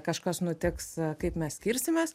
kažkas nutiks kaip mes skirsimės